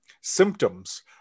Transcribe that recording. symptoms